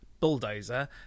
bulldozer